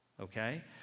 Okay